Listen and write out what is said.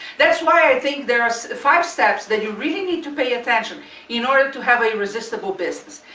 that s why i think there are five steps that you really need to pay attention in order to have a resistible business.